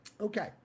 Okay